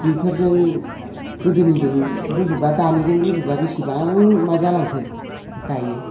बिफोरजों गोदोनिजों रुजुब्ला दानिजों रुजुब्ला बिसिबां मा जालांखो दायो